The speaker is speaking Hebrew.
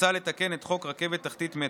מוצע לתקן את חוק רכבת תחתית (מטרו).